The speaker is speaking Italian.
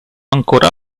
ancora